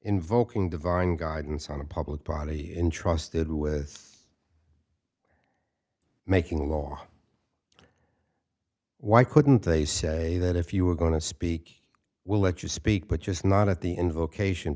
invoking divine guidance on a public body entrusted with making a law why couldn't they say that if you were going to speak we'll let you speak but just not at the invocation